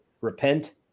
repent